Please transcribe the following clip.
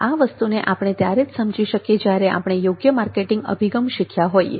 આ વસ્તુને આપણે ત્યારે જ સમજી શકે જ્યારે આપણે યોગ્ય માર્કેટિંગ અભિગમ શીખ્યા હોઈએ